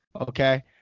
okay